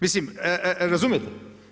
Mislim razumijete?